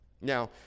Now